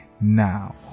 now